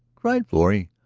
cried florrie.